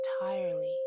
entirely